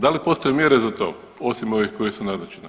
Da li postoje mjere za to osim ovih koje su naznačene?